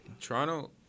Toronto